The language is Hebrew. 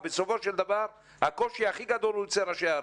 שבסופו של דבר הקושי הכי גדול הוא אצל ראשי הערים.